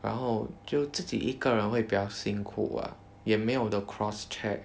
然后就自己一个人会比较辛苦 ah 也没有得 cross check